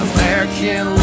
American